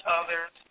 others